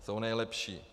Jsou nejlepší.